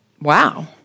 wow